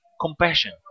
compassion